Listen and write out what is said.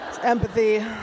empathy